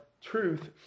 truth